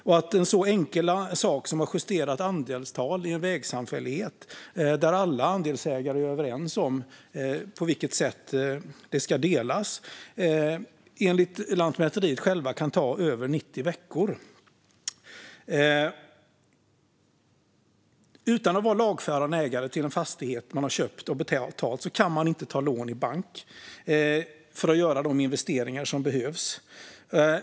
Och en så enkel sak som att justera ett andelstal i en vägsamfällighet, där alla andelsägare är överens om på vilket sätt det ska delas, kan enligt Lantmäteriet ta över 90 veckor. Utan att vara lagfaren ägare till en fastighet man har köpt och betalat kan man inte ta lån i bank för att göra de investeringar som behövs.